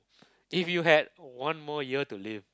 if you had one more year to live